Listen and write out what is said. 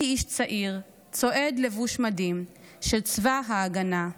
איש צעיר / צועד לבוש מדים / של צבא ההגנה.